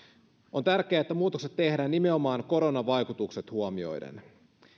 on tärkeää että muutokset tehdään nimenomaan koronavaikutukset huomioiden